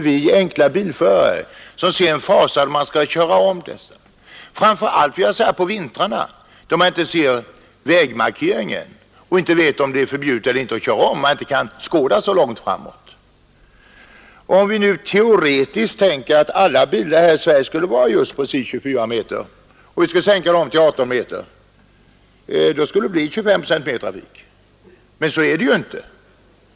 Vi enkla bilförare ser med fasa på en omkörning av dessa, framför allt på vintrarna, då vi inte ser vägmarkeringen och inte vet om det är förbjudet eller inte att köra om. Om vi nu teoretiskt tänker oss att alla bilar i Sverige skulle vara precis 24 meter och vi skulle minska ned dem till 18 meter, skulle trafiken öka med 25 procent. Men så mycket blir det ju inte.